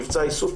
מבצע איסוף,